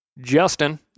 Justin